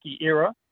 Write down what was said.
era